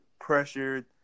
pressured